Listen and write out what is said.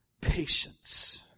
patience